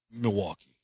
Milwaukee